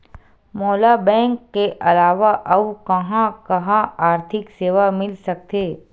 मोला बैंक के अलावा आऊ कहां कहा आर्थिक सेवा मिल सकथे?